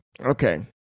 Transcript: okay